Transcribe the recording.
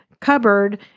cupboard